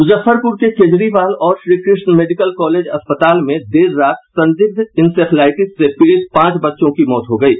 मुजफ्फरपुर के केजरीवाल और Shrikrishna medical college अस्पताल में देर रात संदिग्ध इंसेफ्लाइटिस से पीड़ित पांच बच्चों की मौत हो गयी है